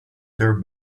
their